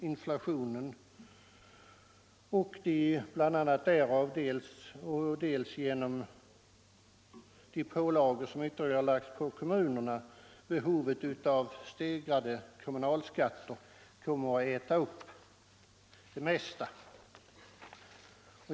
Inflationen och de stegrade kommunalskatterna på grund av de ytterligare pålagor som lagts på kommunerna kommer att äta upp det mesta.